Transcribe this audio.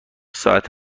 ساعت